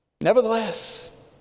Nevertheless